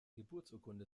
geburtsurkunde